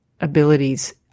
abilities